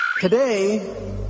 Today